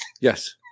Yes